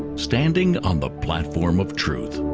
standing on the platform of truth